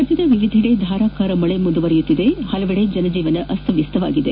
ರಾಜ್ಞದ ವಿವಿಧಿಡೆ ಧಾರಾಕಾರ ಮಳೆ ಮುಂದುವರೆದಿದ್ದು ಹಲವೆಡೆ ಜನಜೀವನ ಅಸ್ತವ್ಯಸ್ತಗೊಂಡಿದೆ